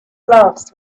gloves